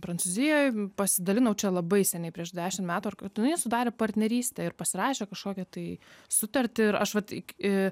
prancūzijoj pasidalinau čia labai seniai prieš dešim metų ar kad jinai sudarė partnerystę ir pasirašė kažkokią tai sutartį ir aš vat iki